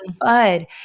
bud